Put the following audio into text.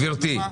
גבירתי,